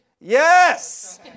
Yes